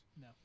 No